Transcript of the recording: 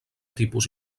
tipus